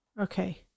Okay